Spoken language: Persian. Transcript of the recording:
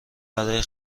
برای